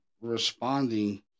responding